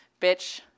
Bitch